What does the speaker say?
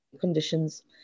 conditions